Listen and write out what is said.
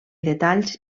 detalls